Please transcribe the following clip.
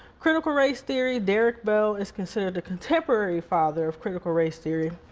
critical race theory, derrick bell is considered the contemporary father of critical race theory.